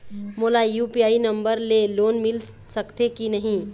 मोला UPI number ले loan मिल सकथे कि नहीं?